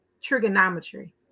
trigonometry